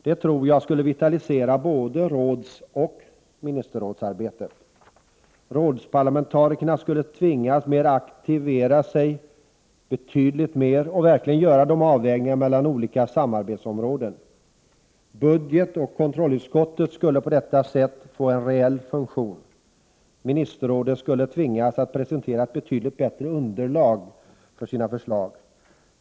Det tror jag skulle vitalisera både rådsoch ministerrådsarbetet. Rådsparlamentarikerna skulle tvingas aktivera sig betydligt mer och verkligen göra avvägningar mellan olika samarbetsområden. Budgetoch kontrollutskottet skulle på detta sätt få en reell funktion. Ministerrådet skulle tvingas att presentera ett betydligt bättre underlag för sina förslag.